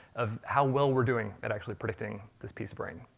of how well we're doing at actually predicting this piece of brain.